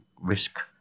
risk